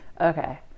Okay